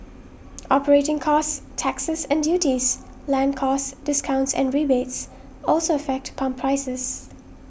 operating costs taxes and duties land costs discounts and rebates also affect pump prices